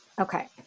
Okay